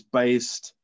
based